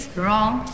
wrong